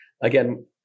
again